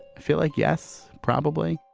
feel like? yes, probably